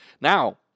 Now